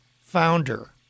founder